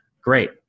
great